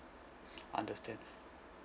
understand